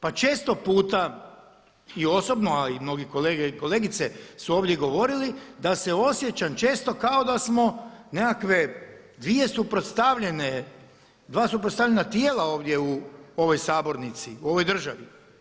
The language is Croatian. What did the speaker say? Pa često puta i osobno a i mnogi kolege i kolegice su ovdje govorili, da se osjećam često kao da smo nekakve dvije suprotstavljene, dva suprotstavljena tijela ovdje u ovoj sabornici, u ovoj državi.